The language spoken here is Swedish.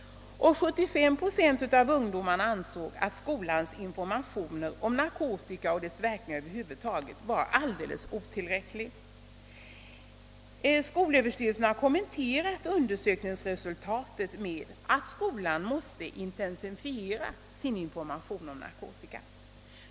75 procent av ungdomarna ansåg att skolans information om narkotika och dess verkningar över huvud taget var alldeles otillräcklig. Skolöverstyrelsen har kommenterat undersökningsresultatet så, att skolan måste intensifiera sin information om narkotika.